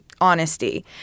honesty